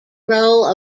role